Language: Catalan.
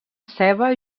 ceba